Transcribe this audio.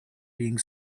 being